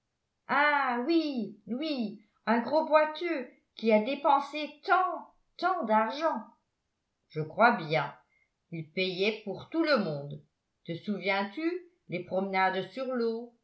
ah oui oui un gros boiteux qui a dépensé tant tant d'argent je crois bien il payait pour tout le monde te souviens-tu les promenades sur l'eau